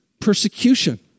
persecution